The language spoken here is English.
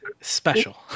special